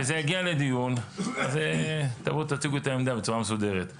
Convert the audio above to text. כשזה יגיע לדיון בעזרת ה' אז תציגו את העמדה בצורה מסודרת,